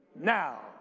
Now